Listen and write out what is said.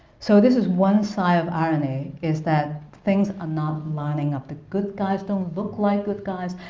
so this is one side of irony is that things are not lining up. the good guys don't look like good guys,